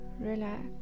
relax